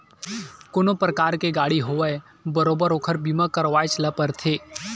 कोनो परकार के गाड़ी होवय बरोबर ओखर बीमा करवायच ल परथे